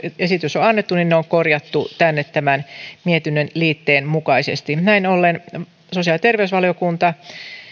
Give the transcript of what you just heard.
esitys on annettu ne on korjattu tänne tämän mietinnön liitteen mukaisesti näin ollen sosiaali ja terveysvaliokunta